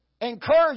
encourage